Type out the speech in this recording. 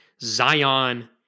Zion